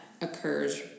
occurs